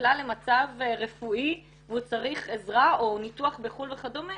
נקלע למצב רפואי והוא צריך עזרה או ניתוח בחו"ל וכדומה,